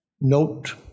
note